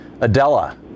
adela